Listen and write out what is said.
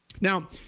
Now